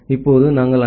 இப்போது நாங்கள் ஐ